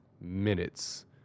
minutes